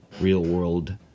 real-world